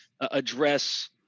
address